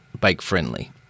bike-friendly